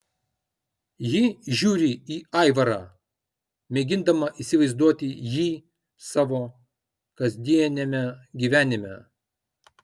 ji žiūri į aivarą mėgindama įsivaizduoti jį savo kasdieniame gyvenime